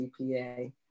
CPA